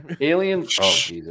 aliens